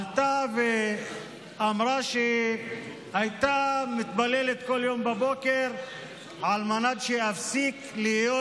עלתה ואמרה שהייתה מתפללת כל יום בבוקר על מנת שאפסיק להיות